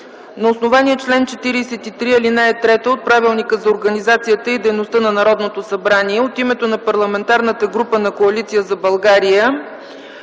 на основание чл. 43, ал. 3 от Правилника за организацията и дейността на Народното събрание, от името на Парламентарната група на Коалиция за България